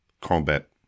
combat